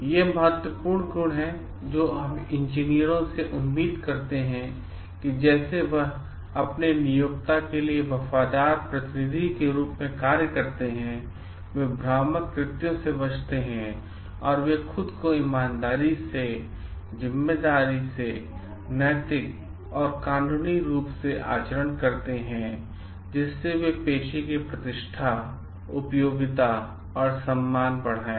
ये महत्वपूर्ण गुण हैं जो हम इंजीनियरों से उम्मीद करते हैं जैसे वे अपने नियोक्ता के लिए वफादार प्रतिनिधि के रूप में कार्य करते हैं वे भ्रामक कृत्यों से बचते हैं और वे खुद का ईमानदारी से जिम्मेदारी से नैतिक और कानूनी रूप से आचरण करते हैं जिससे वे पेशे की प्रतिष्ठा उपयोगिता और सम्मान बढ़ाएं